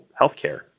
healthcare